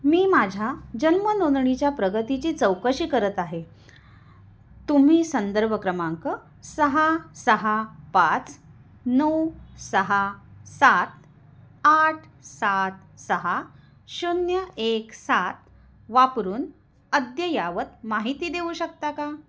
मी माझ्या जन्म नोंदणीच्या प्रगतीची चौकशी करत आहे तुम्ही संदर्भ क्रमांक सहा सहा पाच नऊ सहा सात आठ सात सहा शून्य एक सात वापरून अद्ययावत माहिती देऊ शकता का